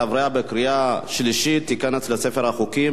עברה בקריאה שלישית ותיכנס לספר החוקים.